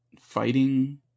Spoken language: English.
fighting